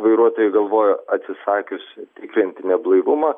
vairuotojai galvojo atsisakius tikrinti neblaivumą